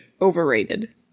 Overrated